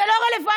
זה לא רלוונטי.